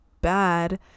bad